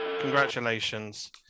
Congratulations